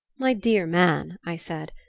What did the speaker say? my dear man, i said,